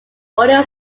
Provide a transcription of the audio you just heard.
audio